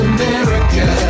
America